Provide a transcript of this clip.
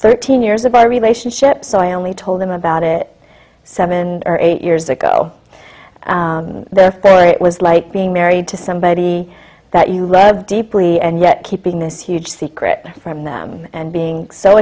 thirteen years of my relationship so i only told him about it seven or eight years ago the thing like it was like being married to somebody that you love deeply and yet keeping this huge secret from them and being so